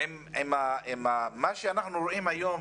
מה שאנחנו רואים היום